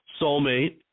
soulmate